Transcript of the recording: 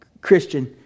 christian